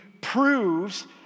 proves